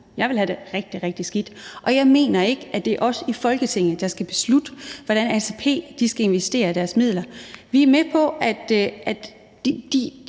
Jeg ville have det rigtig, rigtig skidt, og jeg mener ikke, at det er os i Folketinget, der skal beslutte, hvordan ATP skal investere deres midler. ATP ved udmærket